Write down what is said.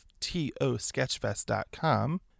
TOSketchfest.com